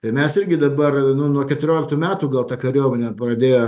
tai mes irgi dabar nu nuo keturioliktų metų gal ta kariuomenė pradėjo